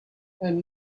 and